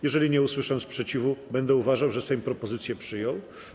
Jeżeli nie usłyszę sprzeciwu, będę uważał, że Sejm propozycję przyjął.